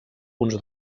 uns